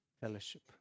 fellowship